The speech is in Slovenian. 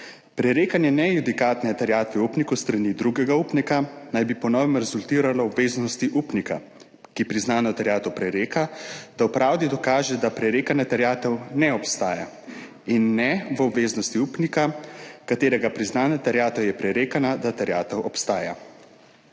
Prerekanje nejudikatne terjatve upnikov s strani drugega upnika naj bi po novem rezultiralo obveznosti upnika, ki priznano terjatev prereka, da v pravdi dokaže, da prerekana terjatev ne obstaja, in ne v obveznosti upnika, katerega priznana terjatev je prerekana, da terjatev obstaja.